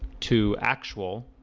to actual